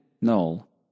Null